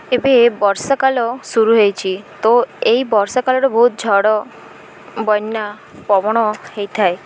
ଏବେ ବର୍ଷା କାଲ ସୁରୁୁ ହେଇଛିି ତ ଏଇ ବର୍ଷା କଳର ବହୁତ ଝଡ଼ ବନ୍ୟା ପବଣ ହୋଇଥାଏ